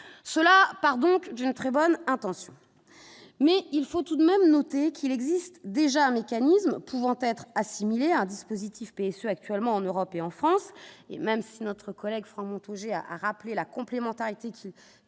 cela part donc d'une très bonne intention, mais il faut tout de même noter qu'il existe déjà un mécanisme pouvant être assimilé à un dispositif PSE actuellement en Europe et en France, et même si notre collègue monte G a rappelé la complémentarité qui